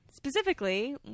Specifically